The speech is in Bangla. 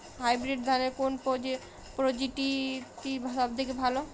হাইব্রিড ধানের কোন প্রজীতিটি সবথেকে ভালো?